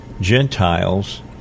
Gentiles